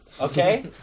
okay